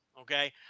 Okay